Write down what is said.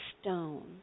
stone